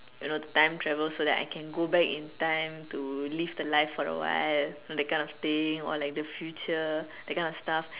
you know to time travel so that I can go back in time to live the life for awhile that kind of thing or like the future that kind of stuff